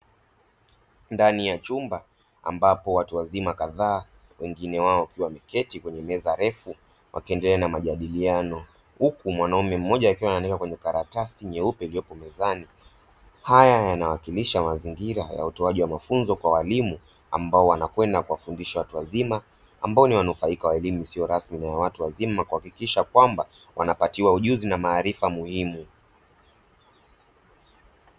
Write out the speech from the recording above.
Ndani ya chumba, ambapo watu wazima kadhaa, baadhi yao wakiwa wameketi kwenye meza refu wakiendelea na majadiliano, huku mwanamume mmoja akiwa anaandika kwenye karatasi nyeupe iliyopo mezani; haya yanawakilisha mazingira ya utoaji wa mafunzo kwa walimu ambao wanakwenda kuwafundisha watu wazima, wanufaika wa elimu isiyo rasmi, kuhakikisha kwamba wanapatiwa ujuzi na maarifa muhimu.